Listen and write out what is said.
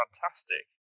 fantastic